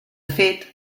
fet